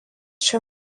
šio